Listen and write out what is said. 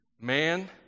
Man